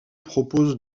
propose